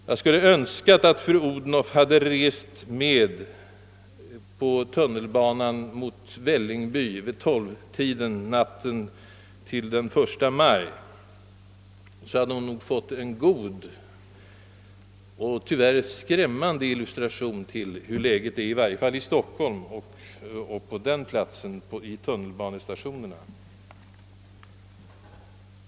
Jag skulle önska att fru Odhnoff hade rest med tunnelbanan mot Vällingby vid 12-tiden natten till den 1 maj. I så fall hade hon nog fått en god men tyvärr skrämmande illustration till läget vid vissa tillfällen på tunnelbanestationerna i Stockholm.